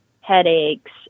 headaches